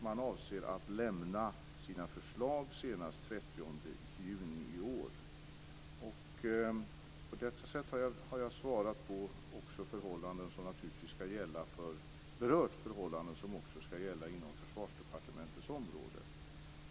Man avser att lämna sina förslag senast den Med detta har jag berört förhållanden som också skall gälla inom Försvarsdepartementets område.